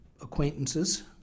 acquaintances